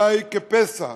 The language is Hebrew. אולי כפסע,